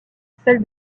celle